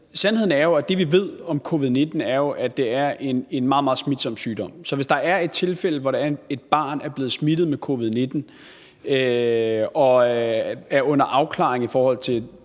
sandheden er jo, og det, vi ved om covid-19, er, at det er en meget, meget smitsom sygdom. Så hvis der er et tilfælde, hvor et barn er blevet smittet med covid-19 og er under afklaring i forhold til